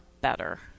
better